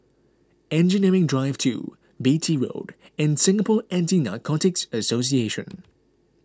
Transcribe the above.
Engineering Drive two Beatty Road and Singapore Anti Narcotics Association